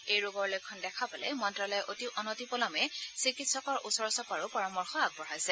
এই ৰোগৰ লক্ষণ দেখা পালে মন্ত্যালয়ে অনতি পলমে চিকিৎসকৰ ওচৰ চপাৰো পৰামৰ্শ আগবঢ়াইছে